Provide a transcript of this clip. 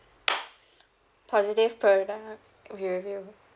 positive product review